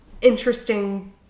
interesting